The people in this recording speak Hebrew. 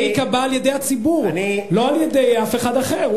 זה ייקבע על-ידי הציבור לא על-ידי אף אחד אחר.